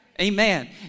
Amen